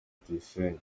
tuyisenge